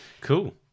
cool